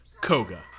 Koga